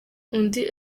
undi